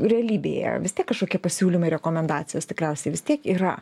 realybėje visi kažkokie pasiūlymai rekomendacijos tikriausiai vis tiek yra